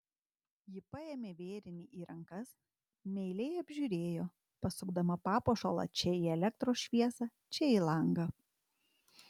ji paėmė vėrinį į rankas meiliai apžiūrėjo pasukdama papuošalą čia į elektros šviesą čia į langą